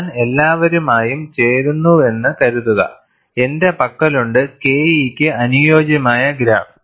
ഞാൻ എല്ലാവരുമായും ചേരുന്നുവെന്ന് കരുതുക എന്റെ പക്കലുണ്ട് Ke ക്ക് അനുയോജ്യമായ ഗ്രാഫ്